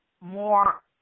more